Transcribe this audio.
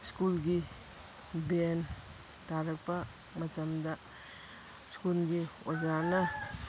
ꯁ꯭ꯀꯨꯜꯒꯤ ꯕꯦꯜ ꯇꯥꯔꯛꯄ ꯃꯇꯝꯗ ꯁ꯭ꯀꯨꯜꯒꯤ ꯑꯣꯖꯥꯅ